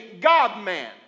God-man